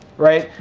right?